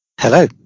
Hello